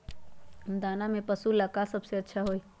दाना में पशु के ले का सबसे अच्छा होई?